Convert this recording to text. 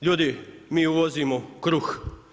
Ljudi mi uvozimo kruh.